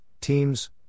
teams